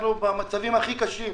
אנחנו במצבים הכי קשים.